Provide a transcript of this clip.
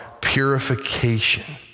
purification